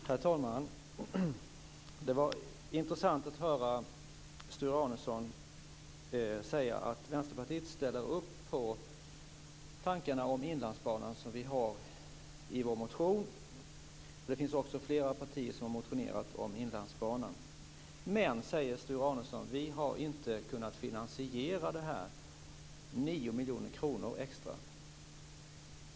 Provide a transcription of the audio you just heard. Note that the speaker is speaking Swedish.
Herr talman! Det var intressant att höra Sture Arnesson säga att Vänsterpartiet ställer upp på de tankar om Inlandsbanan som vi har i vår motion. Det finns också flera partier som har motionerat om Inlandsbanan. Men sedan säger Sture Arnesson att vi inte har kunnat finansiera dessa 9 miljoner kronor extra.